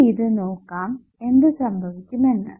ഇനിയിത് നോക്കാം എന്ത് സംഭവിക്കുമെന്ന്